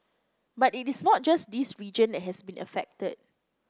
but it is not just this region that has been affected